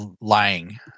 lying